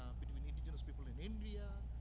um between indigenous people in india,